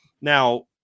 Now